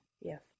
Yes